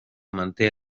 manté